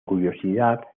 curiosidad